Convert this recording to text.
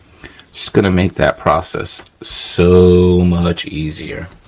just gonna make that process so much easier.